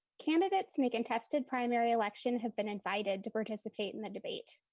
candidates in the contested primary election have been invited to participate in the debate.